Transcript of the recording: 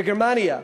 בגרמניה,